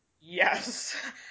Yes